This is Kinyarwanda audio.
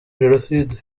jenoside